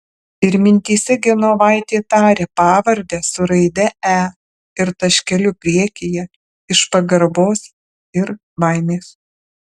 ir mintyse genovaitė taria pavardę su raide e ir taškeliu priekyje iš pagarbos ir baimės